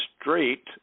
straight